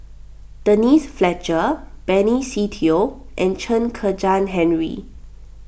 Denise Fletcher Benny Se Teo and Chen Kezhan Henri